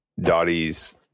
Dottie's